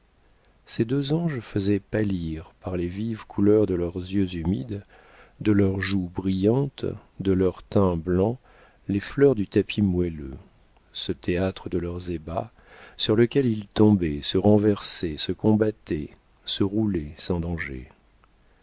ces deux anges faisaient pâlir par les vives couleurs de leurs yeux humides de leurs joues brillantes de leur teint blanc les fleurs du tapis moelleux ce théâtre de leurs ébats sur lequel ils tombaient se renversaient se combattaient se roulaient sans danger